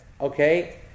okay